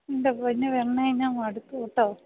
എൻ്റെ പൊന്ന് പെണ്ണേ ഞാൻ മടുത്തു കേട്ടോ